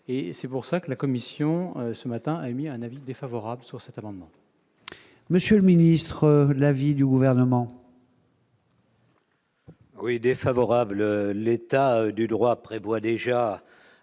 c'est pour ça que la commission, ce matin, a émis un avis défavorable sur cet amendement. Monsieur le ministre, l'avis du gouvernement. Oui défavorable, l'état de droit prévoit déjà